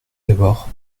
d’abord